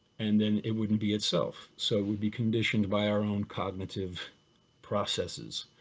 and then it wouldn't be itself. so it would be conditioned by our own cognitive processes.